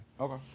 okay